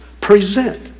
Present